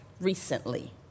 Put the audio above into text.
recently